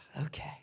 okay